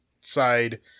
side